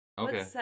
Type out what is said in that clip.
Okay